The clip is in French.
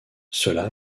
cela